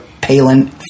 Palin